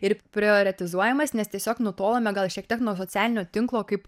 ir prioretizuojamas nes tiesiog nutolome gal šiek tiek nuo socialinio tinklo kaip